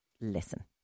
listen